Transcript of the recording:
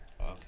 okay